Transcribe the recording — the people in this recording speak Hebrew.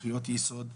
זכויות יסוד,